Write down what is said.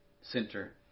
center